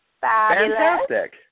Fantastic